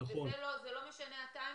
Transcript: זה לא משנה הטיימינג.